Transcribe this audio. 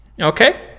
Okay